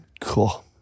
Cool